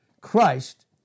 Christ